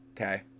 okay